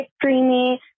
dreamy